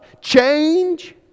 change